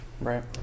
right